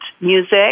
music